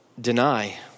deny